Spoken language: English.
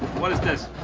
what is this?